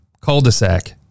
cul-de-sac